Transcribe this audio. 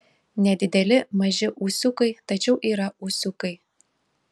nedideli maži ūsiukai tačiau yra ūsiukai